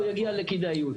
הוא יגיע לכדאיות.